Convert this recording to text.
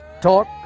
talk